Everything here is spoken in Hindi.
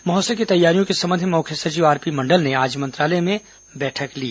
महोत्सव की तैयारियों के संबंध में मुख्य सचिव आरपी मण्डल ने आज मंत्रालय में बैठक ली